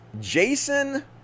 jason